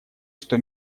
что